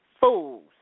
fools